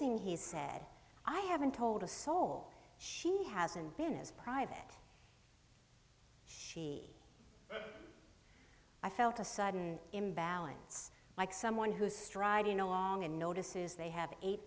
thing he said i haven't told a soul she hasn't been as private she i felt a sudden imbalance like someone who is striding along and notices they have